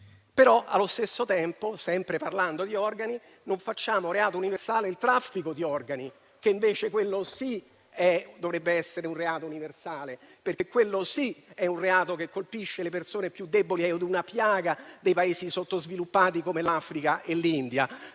Allo stesso tempo, sempre parlando di organi, non definiamo reato universale il traffico di organi, che invece, quello sì, dovrebbe essere un reato universale, perché quello è un reato che colpisce le persone più deboli ed è una piaga dei Paesi sottosviluppati, come l'Africa e l'India.